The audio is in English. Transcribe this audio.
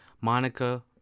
Monica